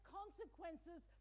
consequences